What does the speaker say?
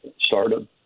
started